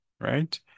right